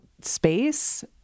space